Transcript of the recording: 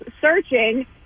searching